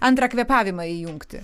antrą kvėpavimą įjungti